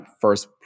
first